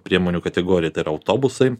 priemonių kategoriją autobusai